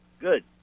Good